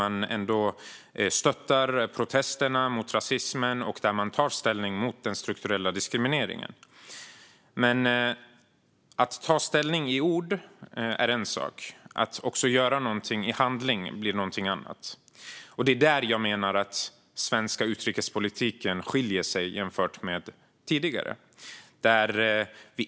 Man stöttar protesterna mot rasismen och tar ställning mot den strukturella diskrimineringen. Men att ta ställning i ord är en sak, att också göra någonting i handling blir någonting annat. Det är där jag menar att den svenska utrikespolitiken skiljer sig mot tidigare.